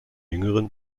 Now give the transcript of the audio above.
jüngeren